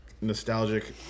nostalgic